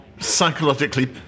psychologically